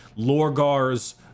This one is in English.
Lorgar's